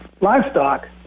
livestock